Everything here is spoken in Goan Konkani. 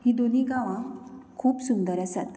हीं दोनीय गांवां खूब सुंदर आसात